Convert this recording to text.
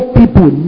people